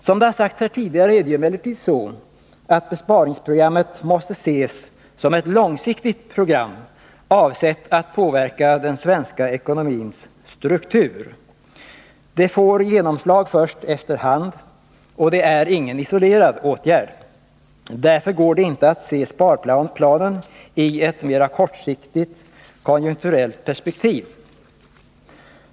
Som har sagts här tidigare är det emellertid så, att besparingsprogrammet måste ses som ett långsiktigt program, avsett att påverka den svenska ekonomins struktur. Det får genomslag först efter hand, och det är ingen isolerad åtgärd. Därför går det inte att se sparplanen i ett mer kortsiktigt, konjunkturellt perspektiv.